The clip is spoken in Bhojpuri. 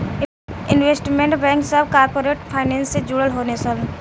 इन्वेस्टमेंट बैंक सभ कॉरपोरेट फाइनेंस से जुड़ल होले सन